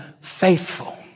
faithful